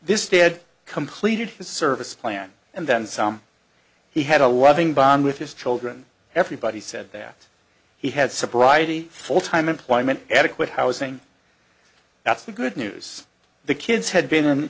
this ted completed his service plan and then some he had a loving bond with his children everybody said that he had sobriety full time employment adequate housing that's the good news the kids had been in